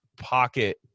pocket